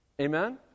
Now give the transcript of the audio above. Amen